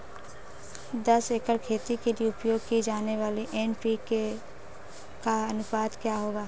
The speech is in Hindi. दस एकड़ खेती के लिए उपयोग की जाने वाली एन.पी.के का अनुपात क्या होगा?